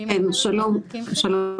שלום.